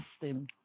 system